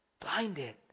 blinded